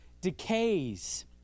decays